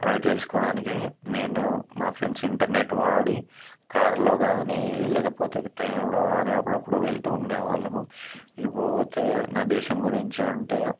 అవి తెలుసుకోవడానికి నేను మా ఫ్రెండ్స్ ఇంటర్నెట్ వాడి కారులో కాని లేకపోతే ట్రైన్లో కాని అప్పుడప్పుడు వెళ్తూ ఉండేవాళ్ళము ఇకపోతే నా దేశం గురించి అంటే